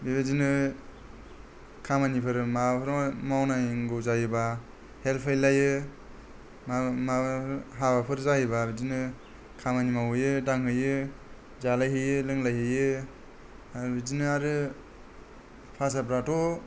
बेबादिनि खामानिफोर माबाफोर मावनांगौ जायोबा हेल्प हैलायो माबाफोर हाबाफोर जायोबा बिदिनो खामानि मावहैयो दांहैयो जालायहैयो लोंलायहैयो बिदिनो आरो भासाफ्राथ'